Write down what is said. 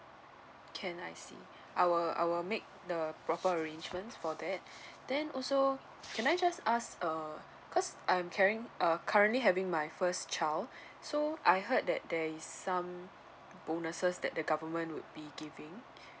can I see I will I will make the proper arrangements for that then also can I just ask err cause I'm carrying uh currently having my first child so I heard that there is some bonuses that the government would be giving